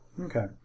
Okay